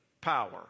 power